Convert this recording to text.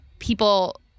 people